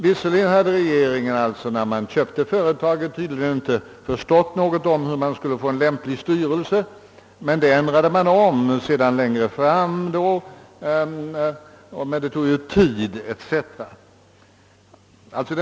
Visserligen hade regeringen alltså, när företaget köptes, tydligen inte förstått hur man skulle få en lämplig styrelse, men det ändrades längre fram säger han, även om det tog tid.